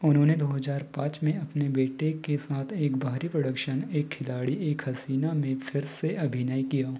उन्होंने दो हजार पाँच में अपने बेटे के साथ एक बाहरी प्रोडक्शन एक खिलाड़ी एक हसीना में फिर से अभिनय किया